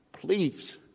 please